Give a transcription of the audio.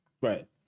right